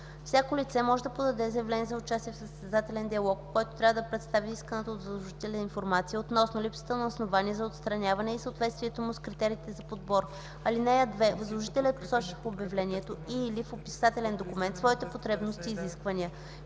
Всяко лице може да подаде заявление за участие в състезателен диалог, в което трябва да представи исканата от възложителя информация относно липсата на основания за отстраняване и съответствието му с критериите за подбор. (2) Възложителят посочва в обявлението и/или в описателен документ своите потребности и изисквания,